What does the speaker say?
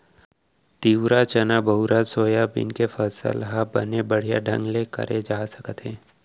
तिंवरा, चना, बहुरा, सोयाबीन के फसल ह बने बड़िहा ढंग ले करे जा सकत हे